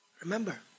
remember